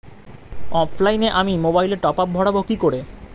অফলাইনে আমি মোবাইলে টপআপ ভরাবো কি করে?